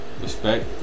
respect